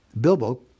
Bilbo